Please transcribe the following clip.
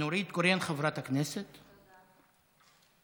חברת הכנסת נורית קורן.